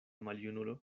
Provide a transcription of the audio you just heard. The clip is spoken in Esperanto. maljunulo